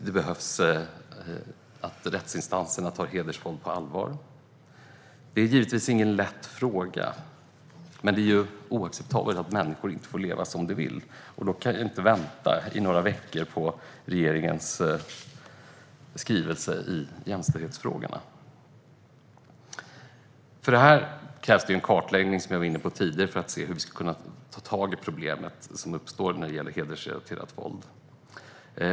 Det behövs att rättsinstanserna tar hedersvåld på allvar. Det är givetvis ingen lätt fråga. Men det är oacceptabelt att människor inte får leva som de vill. De kan inte vänta i några veckor på regeringens skrivelse i jämställdhetsfrågorna. Det krävs en kartläggning, som jag var inne på tidigare, för att se hur vi ska kunna ta tag i problemet som uppstår med hedersrelaterat våld.